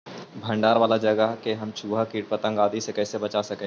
भंडार वाला जगह के हम चुहा, किट पतंग, आदि से कैसे बचा सक हिय?